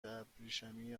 ابریشمی